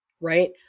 right